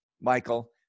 Michael